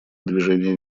движения